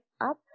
up